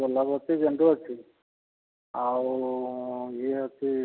ଗୋଲାପ ଅଛି ଗେଣ୍ଡୁ ଅଛି ଆଉ ଇଏ ଅଛି